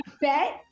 bet